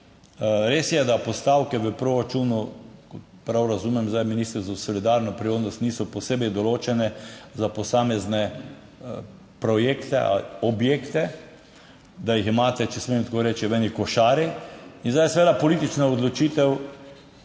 Res je, da postavke v proračunu, prav razumem zdaj minister za solidarno prihodnost, niso posebej določene za posamezne projekte ali objekte, da jih imate, če smem tako reči, v eni košari. In zdaj je seveda politična odločitev,